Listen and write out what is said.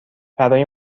برای